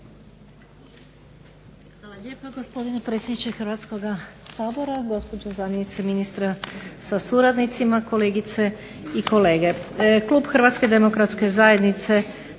Hvala lijepa gospodine predsjedniče Hrvatskog sabora. Gospođo zamjenice ministra sa suradnicima, kolegice i kolege. Klub HDZ-a podržat će Prijedlog